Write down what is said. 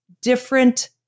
different